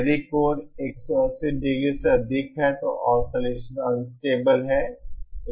यदि कोण 180 ° से अधिक है तो ऑसिलेसन अनस्टेबल है